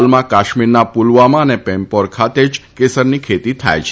હાલમાં કાશ્મીરના પુલવામા અને પેમ્પોર ખાતે જ કેસરની ખેતી થાય છે